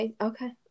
Okay